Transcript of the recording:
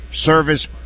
service